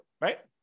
right